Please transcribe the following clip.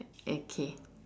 okay